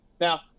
Now